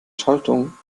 schaltung